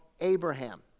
Abraham